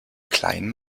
klein